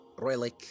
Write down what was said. relic